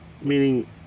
Meaning